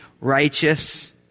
righteous